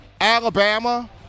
Alabama